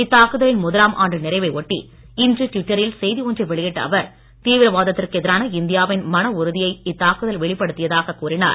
இத் தாக்குதலின் முதலாம் ஆண்டு நிறைவை ஒட்டி இன்று டுவிட்டரில் செய்தி ஒன்றை வெளியிட்ட அவர் தீவிரவாதத்திற்கு எதிரான இந்தியாவின் மன உறுதியை இத்தாக்குதல் வெளிப்படுத்தியதாக கூறினார்